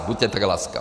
Buďte tak laskav.